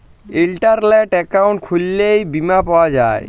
ইলটারলেট account খুইললেও বীমা পাউয়া যায়